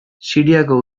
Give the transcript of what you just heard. siriako